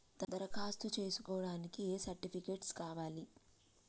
దరఖాస్తు చేస్కోవడానికి ఏ సర్టిఫికేట్స్ కావాలి?